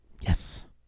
yes